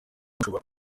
ushobora